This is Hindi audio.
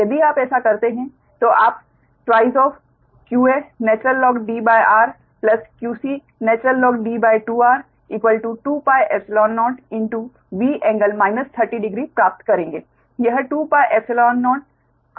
यदि आप ऐसा करते हैं तो आप 2qa InDrqc InD2r 20V∟ 300 degree प्राप्त करेंगे